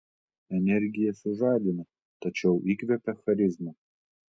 energija sužadina tačiau įkvepia charizma